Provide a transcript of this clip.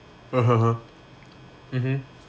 (uh huh) !huh! mmhmm